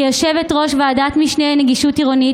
כיושבת-ראש ועדת משנה לנגישות עירונית